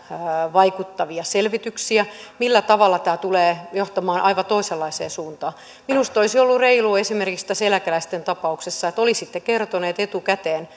vaikuttavia selvityksiä millä tavalla tämä tulee johtamaan aivan toisenlaiseen suuntaan minusta olisi ollut reilua esimerkiksi tässä eläkeläisten tapauksessa että olisitte kertoneet etukäteen